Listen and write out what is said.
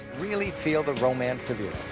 really feel the romance of europe.